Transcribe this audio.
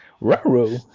Raro